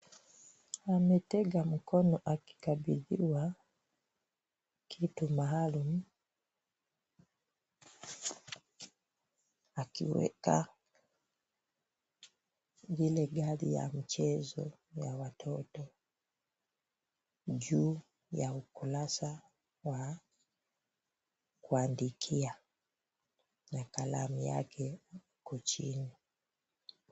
Ametega mikono akikabidhiwa kitu maalum akiweka vile gari ya mchezo ya watoto juu ya ukurasa wa kuandikia na kalamu yake uko chini.